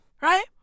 right